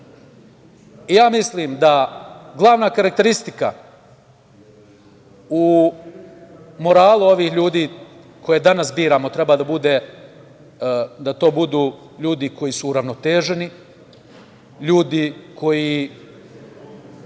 Mislim da glavna karakteristika u moralu ovih ljudi koje danas biramo treba da bude da to budu ljudi koji su uravnoteženi, ljudi koji